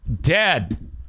dead